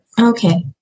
Okay